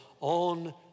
on